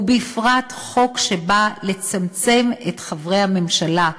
ובפרט חוק שבא לצמצם את מספר חברי הממשלה,